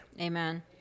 amen